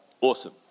Awesome